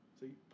See